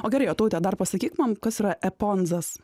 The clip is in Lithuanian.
o gerai o taute dar pasakyk man kas yra eponzas